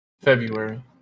February